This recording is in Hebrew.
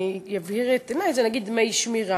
אני אבהיר את העניין: זה, נגיד, דמי שמירה.